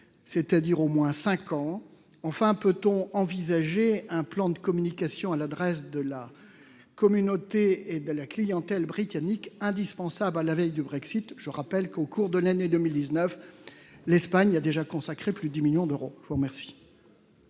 pendant au moins cinq ans ? Enfin, peut-on envisager un plan de communication à l'adresse de la communauté et de la clientèle britannique, indispensable à la veille du Brexit ? Je le rappelle, au cours de l'année 2019, l'Espagne y a déjà consacré plus de 10 millions d'euros. La parole